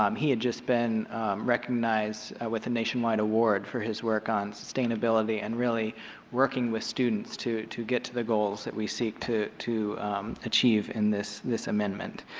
um he had just been recognized with a nationwide award for his work on sustainability and really working with students to to get to the goals that we seek to to achieve in this this amendment.